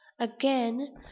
again